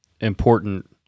important